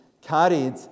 carried